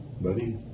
buddy